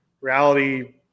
reality